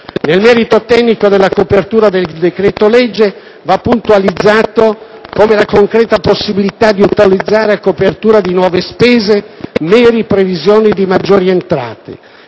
Nel merito tecnico della copertura del decreto-legge, va puntualizzato come la concreta possibilità di utilizzare a copertura di nuove spese mere previsioni di maggiori entrate